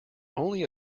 only